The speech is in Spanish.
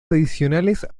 adicionales